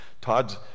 Todd's